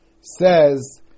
says